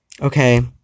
Okay